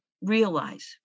realize